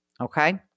Okay